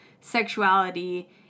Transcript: sexuality